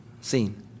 seen